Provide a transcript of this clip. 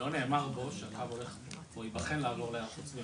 לא נאמר בו שהקו ייבחן לעבור להר חוצבים.